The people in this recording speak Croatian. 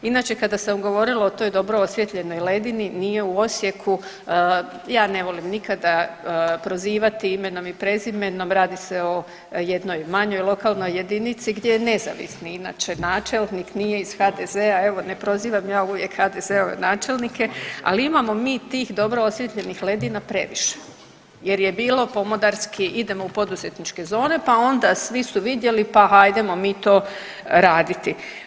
Inače, kada sam govorila o toj dobro osvjetljenoj ledini, nije u Osijeku, ja ne volim nikada prozivati imenom i prezimenom, radi se o jednom manjoj lokalnoj jedinici gdje je nezavisni inače načelnik, nije iz HDZ-a, evo, ne prozivam ja uvijek HDZ-ove načelnike, ali imamo mi tih dobro osvjetljenih ledina previše jer je bilo pomodarski, idemo u poduzetničke zone pa onda svi su vidjeli, pa hajdemo mi to raditi.